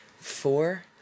Four